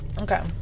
Okay